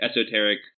esoteric